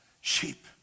sheep